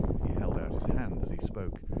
he held out his hand as he spoke,